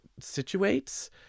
situates